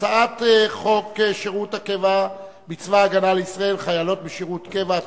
הצעת חוק שירות הקבע בצבא-הגנה לישראל (חיילות בשירות קבע),